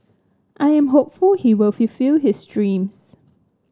I am hopeful he will fulfil his dreams